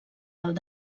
alt